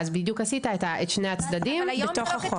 ואז בדיוק עשית את שני הצדדים בתוך החוק.